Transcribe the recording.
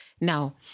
Now